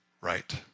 right